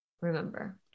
remember